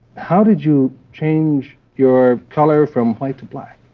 how did you change your color from white to black?